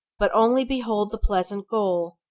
but only behold the pleasant goal,